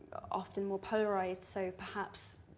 often more polarized so perhaps,